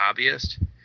hobbyist